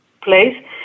place